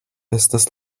estas